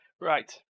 Right